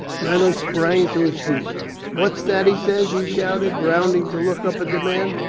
reynolds sprang to his feet what's that he says? he shouted, rounding to look up at the man.